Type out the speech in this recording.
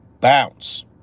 Bounce